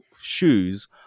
shoes